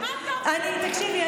תקשיבי,